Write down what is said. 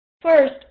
First